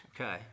Okay